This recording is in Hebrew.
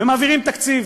ומעבירים תקציב